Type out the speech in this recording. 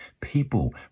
People